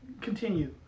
Continue